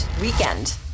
Weekend